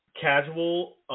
casual